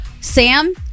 Sam